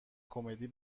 کمدی